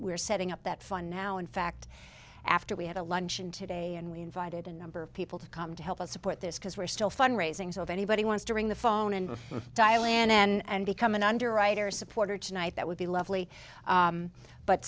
we're setting up that fund now in fact after we had a luncheon today and we invited a number of people to come to help us support this because we're still fund raising so if anybody wants to ring the phone and dial and become an underwriter supporter tonight that would be lovely